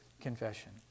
confession